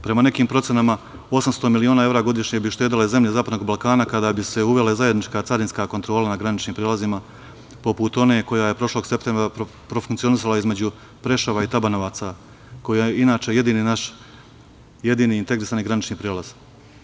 Prema nekim procenama 800 miliona eva godišnje bi uštedele zemlje zapadnog Balkana kada bi se uvele zajednička carinska kontrola na graničnim prelazima poput one koja je prošlog septembra profunkcionisala između Preševa i Tabanovaca koja je inače jedini naš, jedini integrisani granični prelaz.